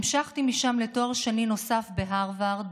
המשכתי משם לתואר שני נוסף בהרווארד,